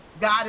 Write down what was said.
God